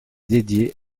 dédiée